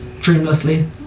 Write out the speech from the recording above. dreamlessly